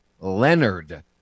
Leonard